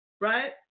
right